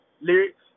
lyrics